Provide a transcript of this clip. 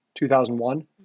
2001